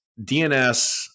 DNS –